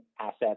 assets